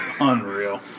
Unreal